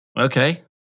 Okay